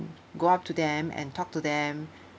go up to them and talk to them